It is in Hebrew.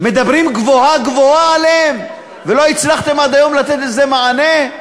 מדברים גבוהה-גבוהה עליהם ולא הצלחתם עד היום לתת לזה מענה.